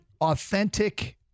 authentic